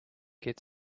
get